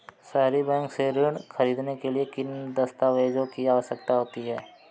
सहरी बैंक से ऋण ख़रीदने के लिए किन दस्तावेजों की आवश्यकता होती है?